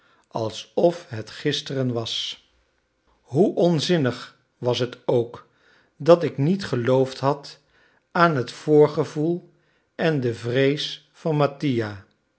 alsof het gisteren was hoe onzinnig was het ook dat ik niet geloofd had aan het voorgevoel en de vrees van mattia